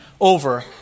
over